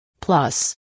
Plus